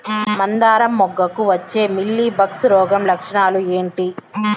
మందారం మొగ్గకు వచ్చే మీలీ బగ్స్ రోగం లక్షణాలు ఏంటి?